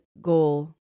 goal